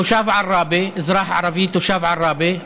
תושב עראבה, אזרח ערבי תושב עראבה,